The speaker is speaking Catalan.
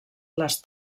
les